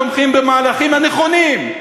תומכים במהלכים הנכונים,